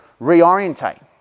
reorientate